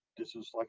this is, like